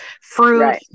fruit